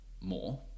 more